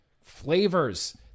flavors